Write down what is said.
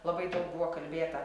labai daug buvo kalbėta